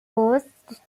was